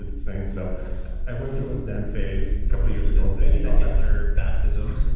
ah things. so i went through a zen phase a couple of years ago. but and the secular baptism.